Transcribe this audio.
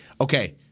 okay